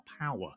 power